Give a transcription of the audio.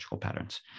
patterns